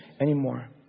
anymore